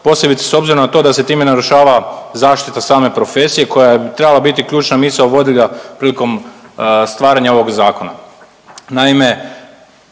posebice s obzirom na to da se time narušava zaštita same profesije koja bi trebala biti ključna misao vodilja prilikom stvaranja ovog zakona.